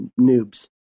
noobs